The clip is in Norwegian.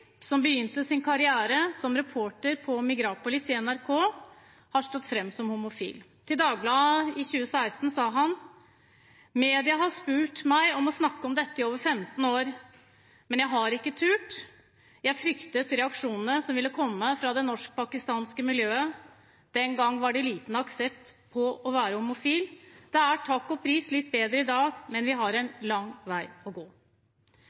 som begynte sin karriere som reporter for Migrapolis på NRK, har stått fram som homofil. Til Dagbladet i 2016 sa han at mediene hadde spurt ham om å snakke om dette i over 15 år, men at han ikke hadde turt. Han sa: «Jeg fryktet reaksjonene som kunne komme fra det norskpakistanske miljøet. Den gangen var det lite aksept for homofili. Det er takk og pris litt bedre i dag, men vi har en lang vei å gå.»